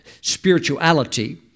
spirituality